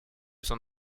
son